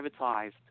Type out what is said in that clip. privatized